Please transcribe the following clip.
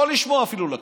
לא לשמוע אפילו לכללים.